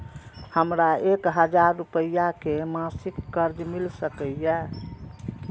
हमरा एक हजार रुपया के मासिक कर्ज मिल सकिय?